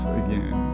again